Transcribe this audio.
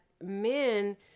men